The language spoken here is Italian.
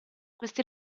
questi